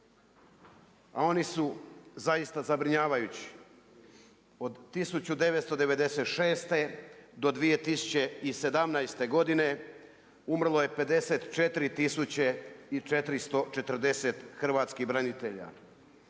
a oni su zaista zabrinjavajući. Od 1996. do 2017. godine umrlo je 54 tisuće i 440 hrvatskih branitelja.